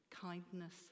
kindness